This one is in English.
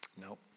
No